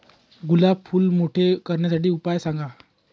गुलाब फूल मोठे करण्यासाठी उपाय सांगा?